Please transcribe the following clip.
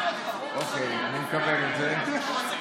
אוקיי, אני מקבל את זה.